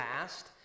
past